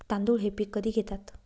तांदूळ हे पीक कधी घेतात?